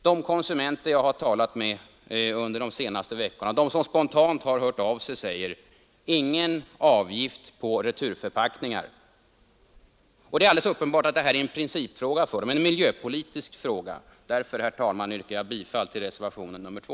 De konsumenter som spontant har låtit höra av sig och som jag har talat med under de senaste veckorna säger: Ingen avgift på returförpackningar. Det är alldeles uppenbart att detta är en principfråga, en miljöpolitisk fråga för dem. Därför, herr talman, ber jag att få yrka bifall till reservationen 2.